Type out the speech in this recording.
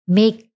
make